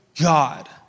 God